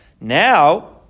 Now